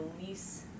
release